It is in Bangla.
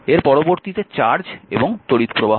এর পরবর্তীতে চার্জ এবং তড়িৎপ্রবাহ